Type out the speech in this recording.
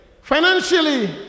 financially